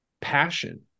passion